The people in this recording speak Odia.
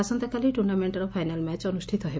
ଆସନ୍ତାକାଲି ଟୁର୍ଭ୍ରାମେଙ୍କର ଫାଇନାଲ୍ ମ୍ୟାଚ୍ ଅନୁଷିତ ହେବ